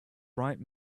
bright